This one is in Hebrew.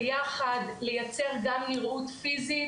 ביחד לייצר גם נראות פיזית,